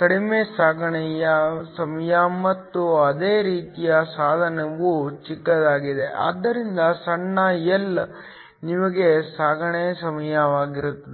ಕಡಿಮೆ ಸಾಗಣೆಯ ಸಮಯ ಮತ್ತು ಅದೇ ರೀತಿ ಸಾಧನವು ಚಿಕ್ಕದಾಗಿದೆ ಆದ್ದರಿಂದ ಸಣ್ಣ L ನಿಮ್ಮ ಸಾಗಣೆ ಸಮಯವಾಗಿರುತ್ತದೆ